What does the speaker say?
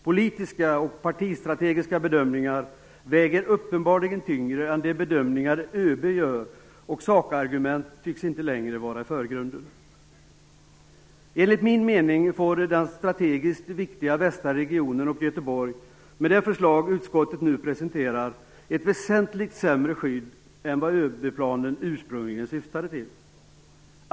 Politiska och partistrategiska bedömningar väger uppenbarligen tyngre än de bedömningar som ÖB gör. Sakargument tycks inte längre vara i förgrunden. Enligt min mening får den strategiskt viktiga västra regionen och Göteborg med det förslag som utskottet nu presenterar ett väsentligt sämre skydd än vad ÖB-planen ursprungligen syftade till.